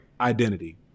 identity